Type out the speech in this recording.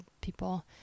people